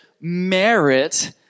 merit